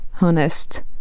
honest